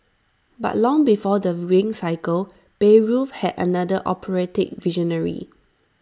but long before the ring Cycle Bayreuth had another operatic visionary